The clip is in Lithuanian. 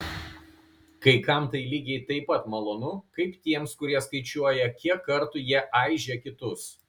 kai kam tai lygiai taip pat malonu kaip tiems kurie skaičiuoja kiek kartų jie aižė kitus